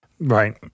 Right